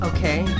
Okay